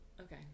okay